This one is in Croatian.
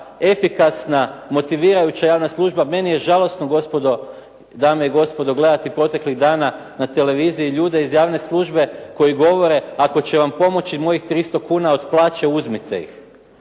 efikasna motivirajuća javna služba, meni je žalosno dame i gospodo gledati proteklih dana na televiziji ljude iz javne službe koji govore, ako će vam pomoći mojih 300 kuna od plaće, uzmite ih.